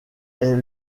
est